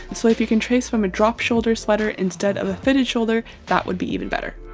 so if you can trace from a drop-shoulder sweater instead of a fitted-shoulder that would be even better.